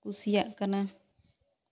ᱠᱩᱥᱤᱭᱟᱜ ᱠᱟᱱᱟ